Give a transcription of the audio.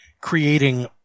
creating